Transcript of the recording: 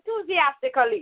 enthusiastically